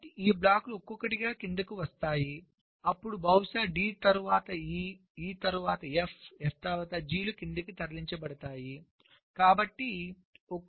కాబట్టి ఈ బ్లాక్లు ఒక్కొక్కటిగా క్రిందికి వస్తాయి అప్పుడు బహుశా D తరువాత E తరువాత F తరువాత G లు క్రిందికి తరలించబడతాయి